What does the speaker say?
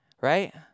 right